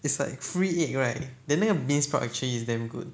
it's like free egg right then 那个 bean sprout actually is damn good